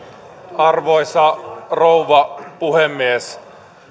arvoisa rouva puhemies